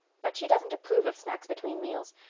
but she doesn't approve of snacks between meals.